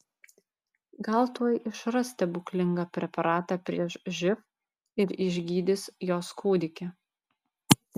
gal tuoj išras stebuklingą preparatą prieš živ ir išgydys jos kūdikį